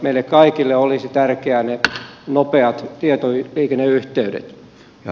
meille kaikille olisivat tärkeitä ne nopeat tietoliikenneyhteydet